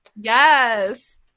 yes